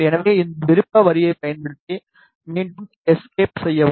எனவே இந்த விருப்ப வரியைப் பயன்படுத்த மீண்டும் எஸ்கேப் செய்யவும்